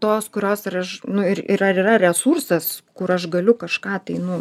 tos kurios ir aš nu ir ir ar yra resursas kur aš galiu kažką tai nu